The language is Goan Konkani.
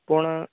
पूण